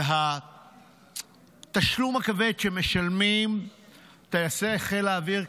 על התשלום הכבד שמשלמים טייסי חיל האוויר,